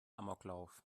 amoklauf